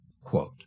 Quote